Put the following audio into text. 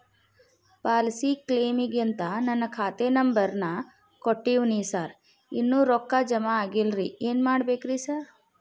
Policy ಕ್ಲೇಮಿಗಂತ ನಾನ್ ಖಾತೆ ನಂಬರ್ ನಾ ಕೊಟ್ಟಿವಿನಿ ಸಾರ್ ಇನ್ನೂ ರೊಕ್ಕ ಜಮಾ ಆಗಿಲ್ಲರಿ ಏನ್ ಮಾಡ್ಬೇಕ್ರಿ ಸಾರ್?